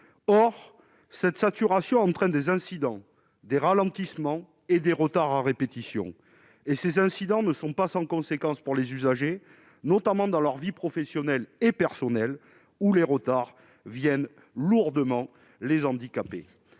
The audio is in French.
or cette saturation entraînent des incidents, des ralentissements et des retards à répétition et ces incidents ne sont pas sans conséquences pour les usagers, notamment dans leur vie professionnelle et personnelle ou les retards viennent lourdement les handicapés